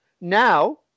Now